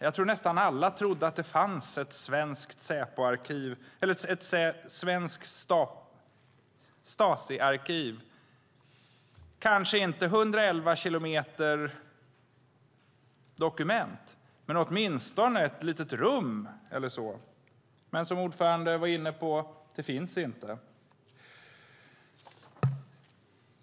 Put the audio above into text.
Jag tror att nästan alla trodde att det fanns ett svenskt Stasiarkiv - kanske inte 111 hyllkilometer dokument men åtminstone ett litet rum eller så. Men, som utskottets ordförande var inne på, det finns det inte.